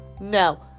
No